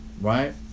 right